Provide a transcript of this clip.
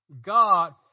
God